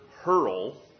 hurl